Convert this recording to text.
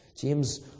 james